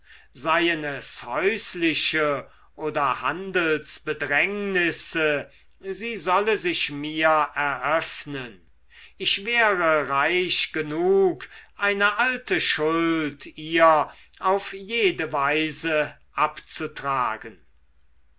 seien es häusliche oder handelsbedrängnisse sie solle sich mir eröffnen ich wäre reich genug eine alte schuld ihr auf jede weise abzutragen